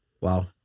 wow